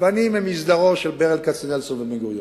ואני מהמסדר של ברל כצנלסון ובן-גוריון.